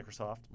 Microsoft